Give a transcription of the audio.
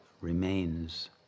remains